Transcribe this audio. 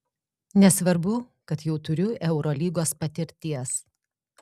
nesvarbu kad jau turiu eurolygos patirties